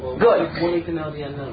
good